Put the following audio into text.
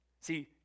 See